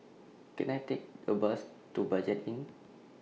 Can I Take A Bus to Budget Inn